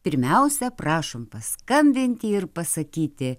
pirmiausia prašom paskambinti ir pasakyti